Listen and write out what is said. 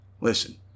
Listen